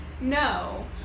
No